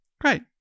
Great